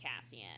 cassian